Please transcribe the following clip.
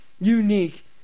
Unique